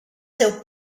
seu